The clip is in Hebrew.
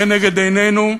לנגד עינינו,